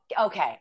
okay